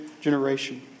generation